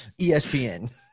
ESPN